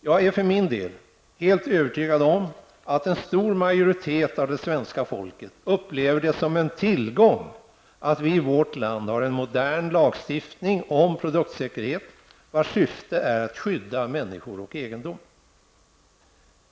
Jag är för min del helt övertygad om att en stor majoritet av det svenska folket upplever det som en tillgång att vi i vårt land har en modern lagstiftning om produktsäkerhet vars syfte är att skydda människor och egendom.